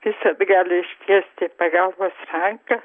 visad gali ištiesti pagalbos ranką